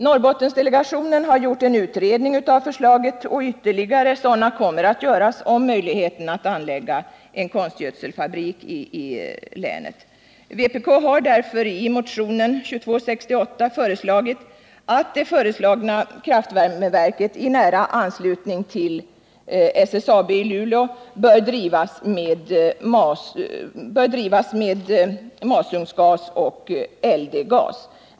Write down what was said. Norrbottensdelegationen har gjort en utredning av förslaget, och ytterligare utredningar kommer att göras om möjligheten att anlägga en sådan konstgödselfabrik i länet. Vpk har därför i motionen 2268 föreslagit att det tilltänkta kraftvärmeverket i nära anslutning till SSAB i Luleå bör drivas med masugnsgas och LD-gas.